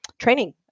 training